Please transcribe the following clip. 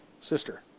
sister